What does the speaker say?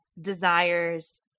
desires